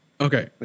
Okay